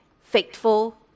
faithful